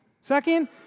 Second